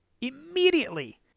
Immediately